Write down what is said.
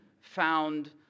found